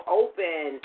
open